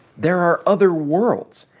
there are other worlds.